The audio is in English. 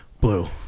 Blue